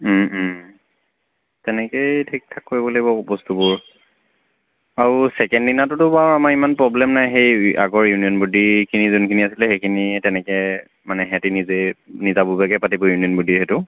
তেনেকৈয়ে ঠিকঠাক কৰিব লাগিব বস্তুবোৰ আৰু ছেকেণ্ড দিনাটোতো বাৰু আমাৰ ইমান প্ৰব্লেম নাই সেই আগৰ ইউনিয়ন বডীখিনি যোনখিনি আছিলে সেইখিনি তেনেকৈ মানে সিহঁতি নিজে নিজাববীয়াকৈ পাতিব ইউনিয়ন বডীৰ সেইটো